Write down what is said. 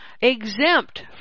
exempt